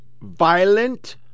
Violent